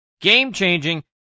Game-changing